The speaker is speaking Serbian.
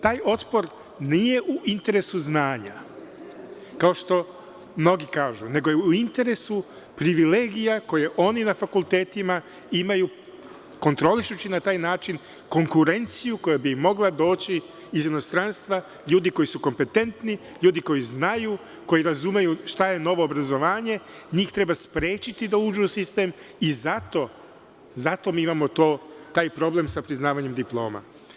Taj otpor nije u interesu znanja, kao što mnogi kažu, nego je u interesu privilegija koje oni na fakultetima imaju kontrolišući na taj način konkurenciju koja bi mogla doći iz inostranstva ljudi koji su kompetentni, ljudi koji znaju, koji razumeju šta je novo obrazovanje, njih treba sprečiti da uđu u sistem i zato mi imamo taj problem sa priznavanjem diploma.